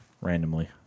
randomly